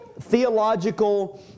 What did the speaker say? theological